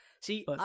See